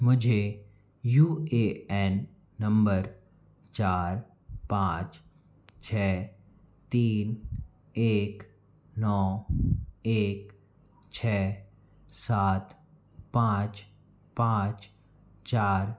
मुझे U A N number चार पाँच छ तीन एक नौ एक छ सात पाँच पाँच चार